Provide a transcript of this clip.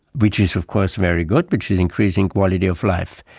which is of course very good, which is increasing quality of life.